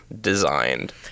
designed